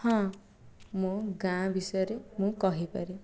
ହଁ ମୋ' ଗାଁ ବିଷୟରେ ମୁଁ କହିପାରେ